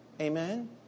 Amen